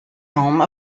home